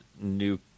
new